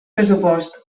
pressupost